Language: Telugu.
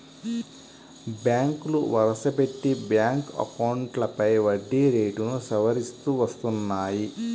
బ్యాంకులు వరుసపెట్టి బ్యాంక్ అకౌంట్లపై వడ్డీ రేట్లను సవరిస్తూ వస్తున్నాయి